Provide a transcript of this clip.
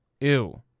Ew